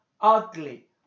ugly